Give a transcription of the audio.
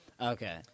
Okay